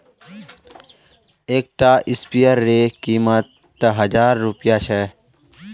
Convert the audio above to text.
एक टा स्पीयर रे कीमत त हजार रुपया छे